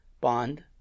Bond